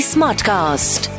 Smartcast